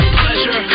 pleasure